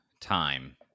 time